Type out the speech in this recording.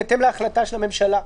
בהתאם להחלטה של הממשלה?